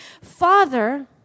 Father